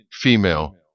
female